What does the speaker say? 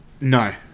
No